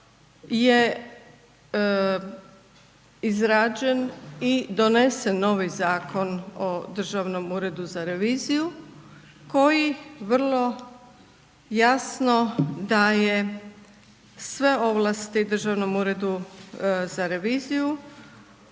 je izrađen i donesen novi Zakon o Državnom uredu za reviziju koji vrlo jasno daje sve ovlasti Državnom uredu za reviziju